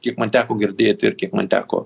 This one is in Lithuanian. kaip man teko girdėti ir kiek man teko